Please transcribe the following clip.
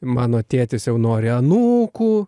mano tėtis jau nori anūkų